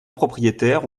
prioritaires